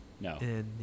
No